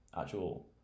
actual